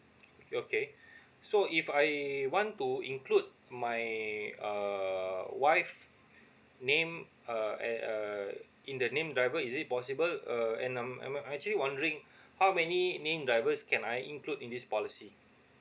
okay so if I want to include my uh wife name uh at uh in the named driver is it possible uh and um I'm actually wondering how many named drivers can I include in this policy